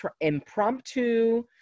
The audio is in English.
impromptu